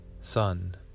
sun